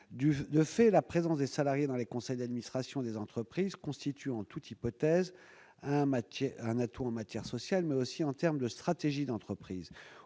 De fait, la présence des salariés dans les conseils d'administration des entreprises constitue, en toute hypothèse, un atout en matière sociale, mais aussi en termes de stratégie d'entreprise.